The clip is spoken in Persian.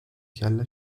کله